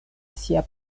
sia